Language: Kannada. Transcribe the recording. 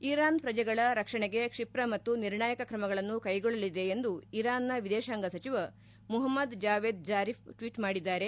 ಇರಾನ್ ಪ್ರಜೆಗಳ ರಕ್ಷಣೆಗೆ ಕ್ಷಿಪ್ರ ಮತ್ತು ನಿರ್ಣಾಯಕ ಕ್ರಮಗಳನ್ನು ಕೈಗೊಳ್ಳಲಿದೆ ಎಂದು ಇರಾನ್ನ ವಿದೇಶಾಂಗ ಸಚಿವ ಮುಪಮ್ಹದ್ ಜಾವೆದ್ ಝಾರಿಫ್ ಟ್ವೀಟ್ ಮಾಡಿದ್ದಾರೆ